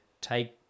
take